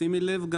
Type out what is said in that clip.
שימי לב,